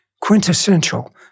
Quintessential